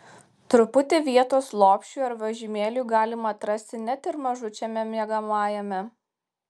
truputį vietos lopšiui ar vežimėliui galima atrasti net ir mažučiame miegamajame